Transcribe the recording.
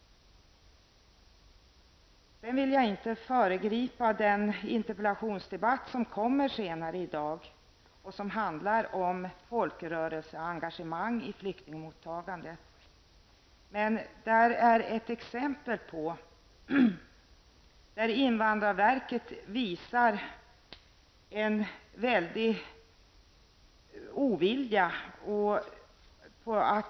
Jag vill inte föregripa den interpellationsdebatt som kommer att hållas senare i dag och som handlar bl.a. om folkrörelseengagemang i flyktingmottagandet. Invandrarverket uppvisar en stor ovilja.